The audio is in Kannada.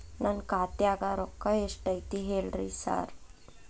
ನನ್ ಖಾತ್ಯಾಗ ರೊಕ್ಕಾ ಎಷ್ಟ್ ಐತಿ ಹೇಳ್ರಿ ಸಾರ್?